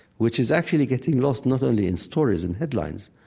which is actually getting lost not only in stories and headlines,